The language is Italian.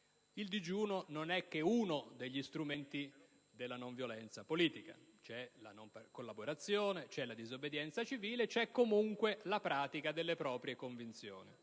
Il digiuno non è che uno degli strumenti della non violenza politica: c'è la non collaborazione, c'è la disobbedienza civile e c'è comunque la pratica delle proprie convinzioni.